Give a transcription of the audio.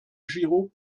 giraud